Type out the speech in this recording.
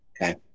okay